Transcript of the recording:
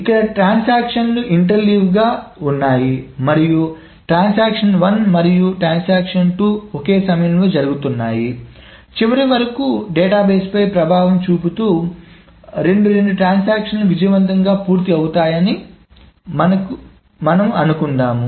ఇక్కడ ట్రాన్సాక్షన్లు కలగలిసిఇంటర్ లీవ్డ్ ఉన్నాయి మరియు ట్రాన్సాక్షన్ 1 మరియు 2 ఏకకాలంలో జరుగుతున్నాయి చివర వరకు డేటాబేస్ పై ప్రభావం చూపుతూ రెండు రెండు ట్రాన్సాక్షన్లు విజయవంతంగా పూర్తవుతాయని మనము అనుకుందాము